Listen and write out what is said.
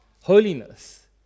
holiness